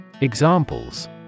Examples